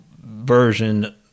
version